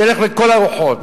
שילך לכל הרוחות.